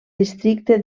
districte